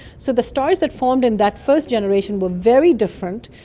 so the stars that formed in that first generation were very different.